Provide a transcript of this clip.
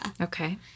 Okay